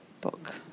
book